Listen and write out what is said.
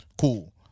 Cool